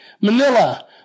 Manila